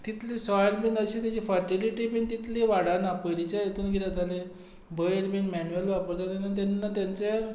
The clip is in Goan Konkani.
तितली सॉयल बीन अशी तेजी फटिलिटी बीन तितली वाडना पयलींच्या हितून किदें जातालें बैल बीन मॅन्युअल वापरता तेन्ना तेन्ना तेंचें